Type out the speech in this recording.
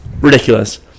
ridiculous